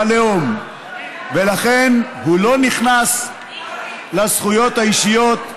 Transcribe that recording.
בלאום, ולכן הוא לא נכנס לזכויות האישיות.